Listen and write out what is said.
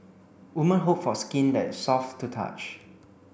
women hope for skin that is soft to touch